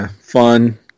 fun